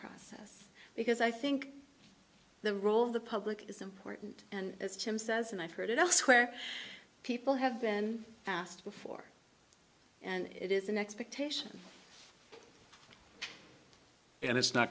process because i think the role of the public is important and as jim says and i've heard it elsewhere people have been asked before and it is an expectation and it's not